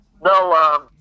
No